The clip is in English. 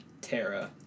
Terra